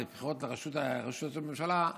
הבחירות לראשות הממשלה,